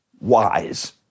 wise